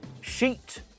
sheet